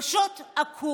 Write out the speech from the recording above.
פשוט עקום.